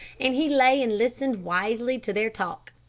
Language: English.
and he lay and listened wisely to their talk.